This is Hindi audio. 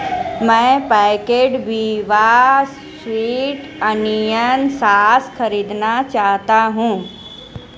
मैं एक packet Veeba sweet onion sauce खरीदना चाहता हूँ